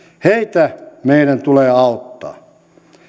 heitä meidän tulee auttaa